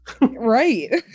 right